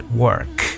work